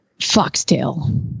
Foxtail